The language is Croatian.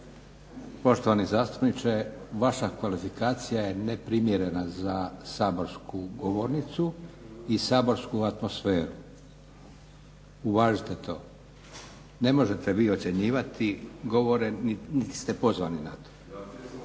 poštovani zastupniče, vaša kvalifikacija je neprimjerena za saborsku govornicu i saborsku atmosferu. Uvažite to. Ne možete vi ocjenjivati govore niti ste pozvani na to.